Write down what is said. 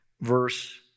Verse